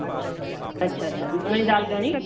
अच्छा अच्छा अच्छा मुंगजी दालि घणी